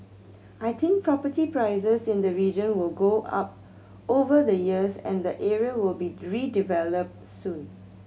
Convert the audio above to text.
I think property prices in the region will go up over the years and the area will be redeveloped soon